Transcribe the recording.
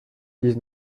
dix